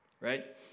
right